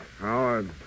Howard